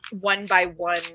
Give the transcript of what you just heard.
one-by-one